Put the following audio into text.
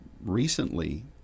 recently